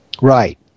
Right